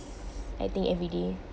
I think every day